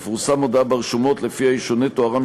תפורסם הודעה ברשומות שלפיה ישונה תוארם